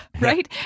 right